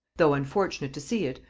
though unfortunate to see it,